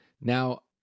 now